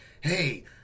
hey